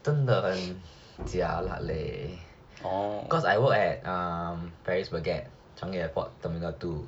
真的很 jialat eh cause I work at err paris baguette changi airport terminal two